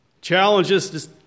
challenges